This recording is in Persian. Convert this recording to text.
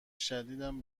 شدیدم